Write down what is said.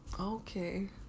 Okay